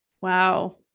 wow